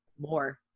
more